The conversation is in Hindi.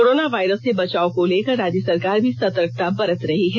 कोरोना वायरस से बचाव को लेकर राज्य सरकार भी सतर्कता बरत रही है